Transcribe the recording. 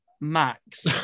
max